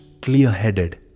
clear-headed